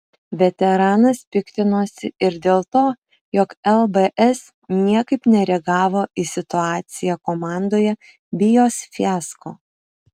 veteranas piktinosi ir dėl to jog lbs niekaip nereagavo į situaciją komandoje bei jos fiasko